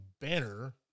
banner